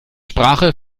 sprache